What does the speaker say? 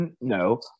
No